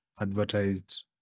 advertised